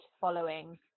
following